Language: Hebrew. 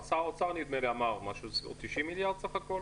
נדמה לי ששר האוצר אמר משהו - בסביבות 90 מיליארד סך הכול?